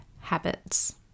habits